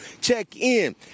check-in